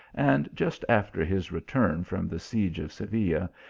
and just after his return from the siege of seville,